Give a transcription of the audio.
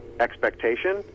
expectation